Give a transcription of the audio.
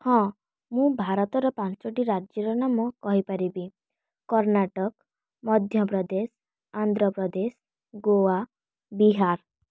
ହଁ ମୁଁ ଭାରତର ପାଞ୍ଚୋଟି ରାଜ୍ୟର ନାମ କହିପାରିବି କର୍ଣ୍ଣାଟକ ମଧ୍ୟ ପ୍ରଦେଶ ଆନ୍ଧ୍ର ପ୍ରଦେଶ ଗୋଆ ବିହାର